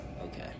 Okay